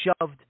shoved